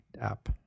app